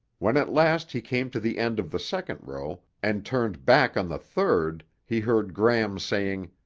when at last he came to the end of the second row and turned back on the third, he heard gram saying,